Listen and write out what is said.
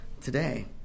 today